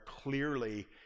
clearly